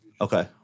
Okay